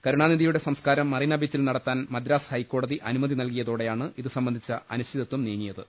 കരുണാനിധിയുടെ സംസ്കാരം മറീനാബീച്ചിൽ നടത്താൻ മദ്രാസ് ഹൈക്കോടതി അനുമതി നല്കിയ തോടെയാണ് ഇതു സംബന്ധിച്ച അനിശ്ചിതത്വം നീങ്ങി യത്